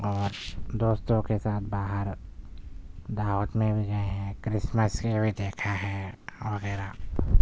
اور دوستوں کے ساتھ باہر دعوت میں بھی گئے ہیں کرسمس ڈے بھی دیکھا ہے وغیرہ